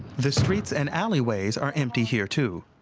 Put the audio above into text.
the streets and alleyways are empty here, too.